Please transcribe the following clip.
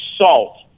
salt